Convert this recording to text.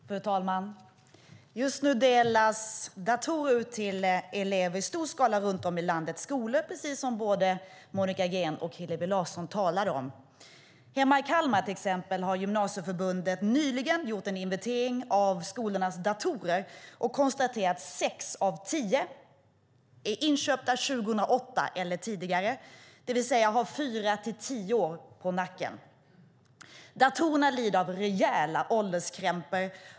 Fru talman! Just nu delas datorer ut till elever i stor skala runt om i landets skolor, precis som både Monica Green och Hillevi Larsson talade om. I min hemkommun Kalmar har gymnasieförbundet nyligen gjort en inventering av skolornas datorer. Förbundet har konstaterat att sex av tio datorer är inköpta 2008 eller tidigare, det vill säga har fyra till tio år på nacken. Datorerna lider av rejäla ålderskrämpor.